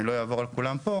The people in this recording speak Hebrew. אני לא אעבור על כולם פה,